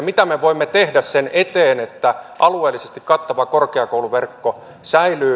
mitä me voimme tehdä sen eteen että alueellisesti kattava korkeakouluverkko säilyy